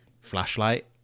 flashlight